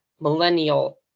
millennial